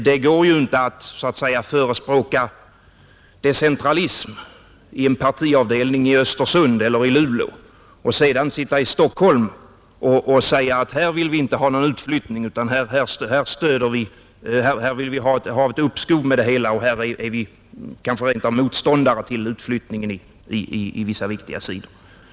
Det går ju inte så att säga att förespråka decentralism i en partiavdelning i Östersund eller Luleå och sedan sitta i Stockholm och säga, att här vill vi inte ha någon utflyttning utan här vill vi ha ett uppskov och här är vi motståndare till utflyttning på vissa håll.